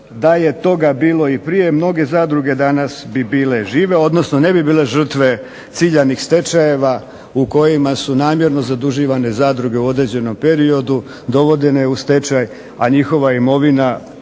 da je toga bilo i prije mnoge zadruge danas bi bile žive, odnosno ne bi bile žrtve ciljanih stečajeva u kojima su namjerno zaduživane zadruge u određenom periodu, dovodene u stečaj, a njihova imovina,